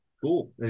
Cool